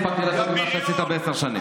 שבוע וחצי הספקתי לעשות יותר ממה שעשית בעשר שנים.